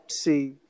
see